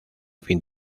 fin